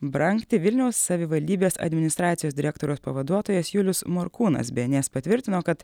brangti vilniaus savivaldybės administracijos direktoriaus pavaduotojas julius morkūnas bns patvirtino kad